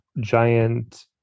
giant